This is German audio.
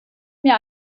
mir